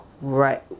right